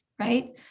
right